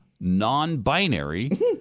non-binary